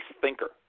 thinker